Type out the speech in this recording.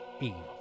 evil